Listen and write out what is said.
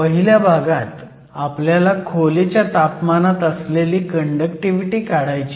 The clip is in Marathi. पहिल्या भागात आपल्याला खोलीच्या तापमानात असलेली कंडक्टिव्हिटी काढायची आहे